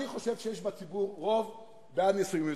אני חושב שיש בציבור רוב בעד נישואים אזרחיים.